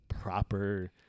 proper